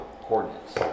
coordinates